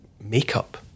makeup